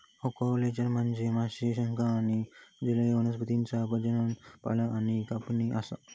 aquaculture म्हनजे माशे, शंख आणि जलीय वनस्पतींचा प्रजनन, पालन आणि कापणी असा